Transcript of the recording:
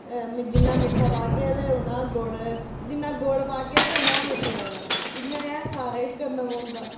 जिन्ना मिट्ठा पागे ते उन्ना गै गुड़ जिन्ना गुड़ पागे ते उन्ना गै मिट्ठा लगदा इ'यां गै सारा किश करना पौंदा